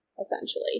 essentially